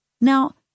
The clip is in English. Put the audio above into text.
Now